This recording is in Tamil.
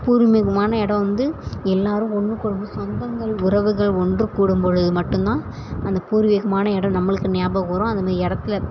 பூர்வீகமான இடம் வந்து எல்லோரும் ஒன்றுக்கு ஒன்று சொந்தங்கள் உறவுகள் ஒன்று கூடும் பொழுது மட்டும்தான் அந்த பூர்வீகமான இடம் நம்மளுக்கு ஞாபகம் வரும் அந்த மாரி இடத்துல